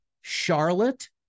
Charlotte